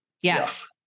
Yes